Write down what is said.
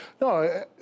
No